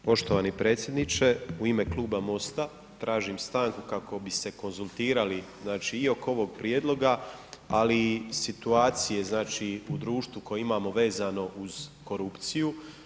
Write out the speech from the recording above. Poštovani predsjedniče, u ime Kluba MOST-a, tražim stanku kako bi se konzultirali i oko ovog prijedloga, ali i situacije znači u društvo koje imamo vezano uz korupciju.